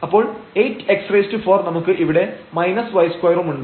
അപ്പോൾ 8x4 നമുക്ക് ഇവിടെ y2 ഉണ്ട്